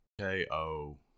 K-O